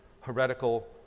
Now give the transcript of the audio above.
heretical